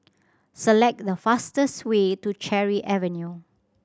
select the fastest way to Cherry Avenue